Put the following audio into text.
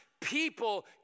people